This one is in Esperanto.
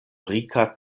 rika